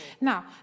Now